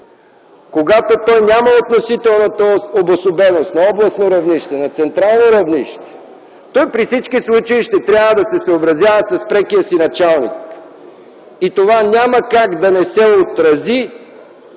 Когато той няма относителната обособеност на областно равнище, на централно равнище, при всички случаи ще трябва да се съобразява с прекия си началник и това няма как да не се отрази